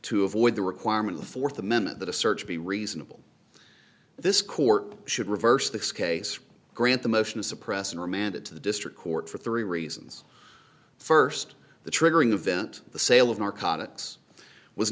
to avoid the requirement of the fourth amendment that a search be reasonable this court should reverse this case grant the motion to suppress and remanded to the district court for three reasons first the triggering event the sale of narcotics was